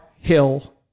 Hill